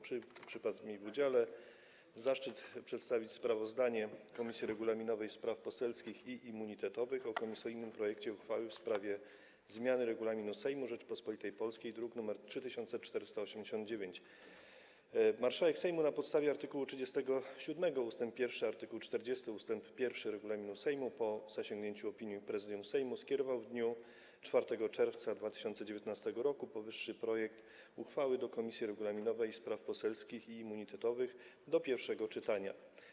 Przypadł mi w udziale zaszczyt przedstawienia sprawozdania Komisji Regulaminowej, Spraw Poselskich i Immunitetowych o komisyjnym projekcie uchwały w sprawie zmiany Regulaminu Sejmu Rzeczypospolitej Polskiej, druk nr 3489. Marszałek Sejmu, na podstawie art. 37 ust. 1 i art. 40 ust. 1 regulaminu Sejmu, po zasięgnięciu opinii Prezydium Sejmu, skierował w dniu 4 czerwca 2019 r. powyższy projekt uchwały do Komisji Regulaminowej, Spraw Poselskich i Immunitetowych do pierwszego czytania.